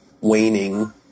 waning